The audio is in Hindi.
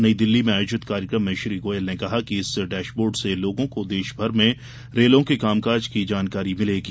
नई दिल्ली में आयोजित कार्यक्रम में श्री गोयल ने कहा कि इस डेशबोर्ड से लोगों को देश भर में रेलों के कामकाज की जानकारी मिलेगी